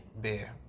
Beer